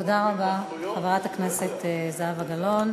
תודה רבה, חברת הכנסת זהבה גלאון.